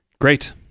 Great